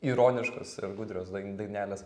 ironiškos ir gudrios dain dainelės